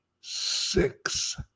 six